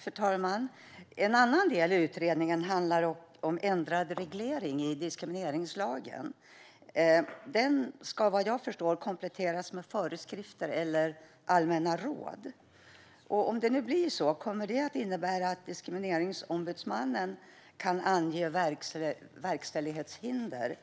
Fru talman! En annan del i utredningen handlar om ändrad reglering i diskrimineringslagen. Den ska, vad jag förstår, kompletteras med föreskrifter eller allmänna råd. Om det blir så, kommer det att innebära att Diskrimineringsombudsmannen kan ange verkställighetshinder